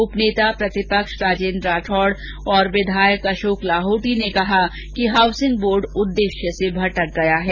उपनेता प्रतिपक्ष राजेन्द्र राठौड़ और विधायक अशोक लाहोटी ने कहा कि हाउसिंग बोर्ड उद्देश्य से भटक गया है